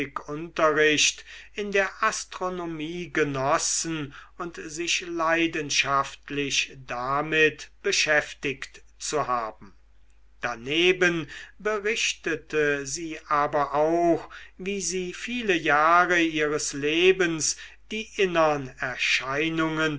unterricht in der astronomie genossen und sich leidenschaftlich damit beschäftigt zu haben daneben berichtete sie aber auch wie sie viele jahre ihres lebens die innern erscheinungen